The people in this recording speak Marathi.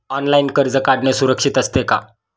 ऑनलाइन कर्ज काढणे सुरक्षित असते का?